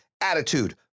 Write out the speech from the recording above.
attitude